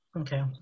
Okay